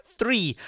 three